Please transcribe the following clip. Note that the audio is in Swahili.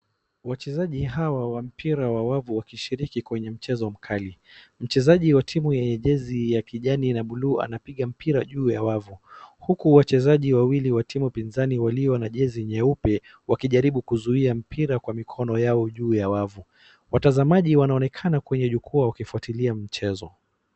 Wachezaji hawa wa mpira wa wavu wakishiriki kwenye mchezo mkali, mchezaji wa timu yenye jezi ya kijani na buluu anapiga mpira juu ya wavu, huku wachezaji wawili wa timu pinzani walio na jezi nyeupe wakijaribu kuzuia mpira kwa mikono yao juu ya wavu. Watazamaji wanaonekana kwenye jukwaa wakifuatilia mchezo.